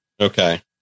Okay